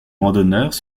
randonneurs